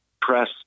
press